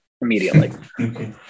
immediately